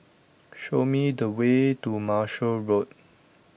show me the way to Marshall Road